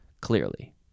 clearly